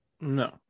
no